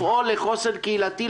לפעול לחוסן קהילתי,